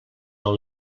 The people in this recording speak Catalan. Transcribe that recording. del